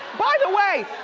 by the way,